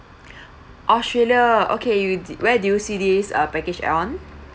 australia okay you where do you see this uh package on